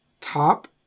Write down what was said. top